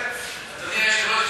אדוני היושב-ראש,